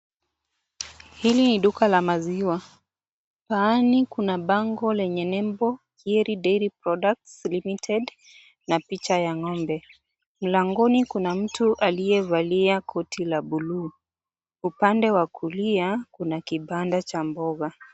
Hili ni duka la maziwa, paani kuna bango lenye nembo KIENI DAIRY PRODUCTS LTD na picha ya ng'ombe, mlangoni kuna mtu alievalia koti la bluu, upande wa kulia kuna kipanda cha mboga.